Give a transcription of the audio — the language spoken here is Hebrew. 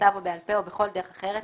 בכתב או בעל פה או בכל דרך אחרת,